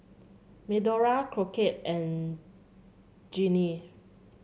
Medora Crockett and Jeanie